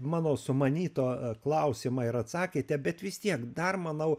mano sumanytą klausimą ir atsakėte bet vis tiek dar manau